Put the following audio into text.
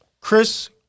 Chris